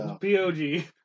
p-o-g